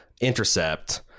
intercept